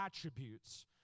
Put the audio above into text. attributes